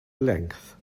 length